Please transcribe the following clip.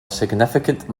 significant